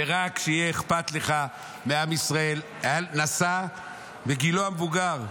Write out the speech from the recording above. ורק שיהיה אכפת לך מעם ישראל, נסע בגילו המבוגר,